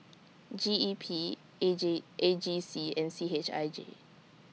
G E P A J G C and C H I J